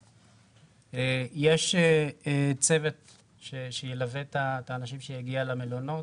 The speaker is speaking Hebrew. יש צוות שילווה את האנשים שיגיעו למלונות,